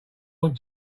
want